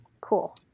Cool